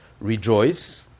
rejoice